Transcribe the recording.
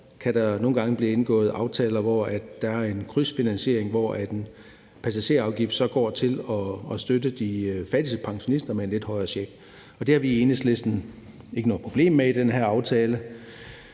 der nogle gange blive indgået aftaler, hvor der er en krydsfinansiering, hvor en passagerafgift så går til at støtte de fattigste pensionister med en lidt højere check. Det har vi i Enhedslisten ikke noget problem med i den her aftale.